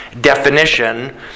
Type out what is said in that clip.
definition